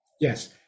Yes